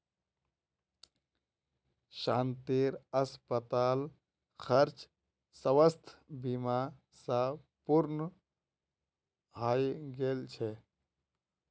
शांतिर अस्पताल खर्च स्वास्थ बीमा स पूर्ण हइ गेल छ